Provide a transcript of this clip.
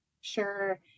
Sure